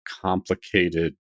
Complicated